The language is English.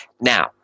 Now